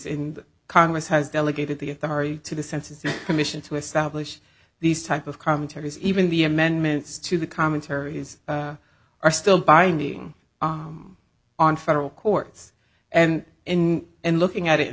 in congress has delegated the authority to the census commission to establish these type of commentaries even the amendments to the commentaries are still binding on federal courts and in and looking at it in